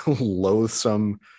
loathsome